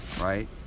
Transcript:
Right